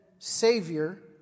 Savior